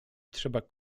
trzeba